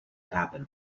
happen